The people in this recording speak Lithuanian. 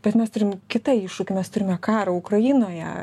bet mes turim kitą iššūkį mes turime karą ukrainoje